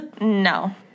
no